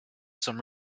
some